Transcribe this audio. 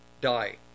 die